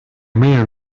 wheel